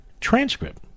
transcript